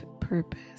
purpose